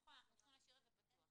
נכון, אנחנו צריכים להשאיר את זה פתוח.